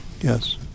yes